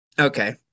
okay